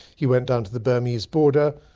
he went down to the burmese border,